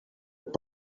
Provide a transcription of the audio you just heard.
have